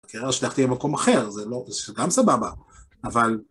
תהיה במקום אחר, זה גם סבבה, אבל...